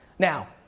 now,